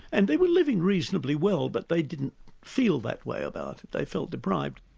and they were living reasonably well, but they didn't feel that way about it, they felt deprived.